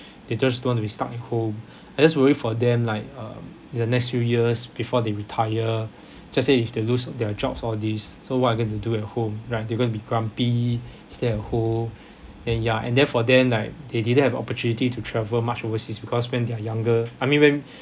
they just don't want to be stuck at home I just worry for them like uh in the next few years before they retire just say if they lose their jobs all these so what they going to do at home right they are going to be grumpy stay at home and ya and then for them like they didn't have opportunity to travel much overseas because when they're younger I mean when